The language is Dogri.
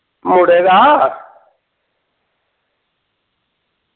मुड़े दा